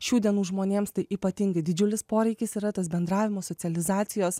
šių dienų žmonėms tai ypatingai didžiulis poreikis yra tas bendravimo socializacijos